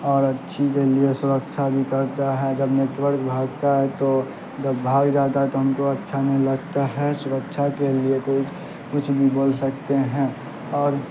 اور اچھی کے لیے سرکچھا بھی کرتا ہے جب نیٹورک بھاگتا ہے تو جب بھاگ جاتا ہے تو ہم کو اچھا نہیں لگتا ہے سرکچھا کے لیے کوئی کچھ بھی بول سکتے ہیں اور